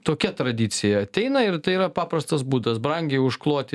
tokia tradicija ateina ir tai yra paprastas būdas brangiai užkloti